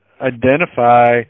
identify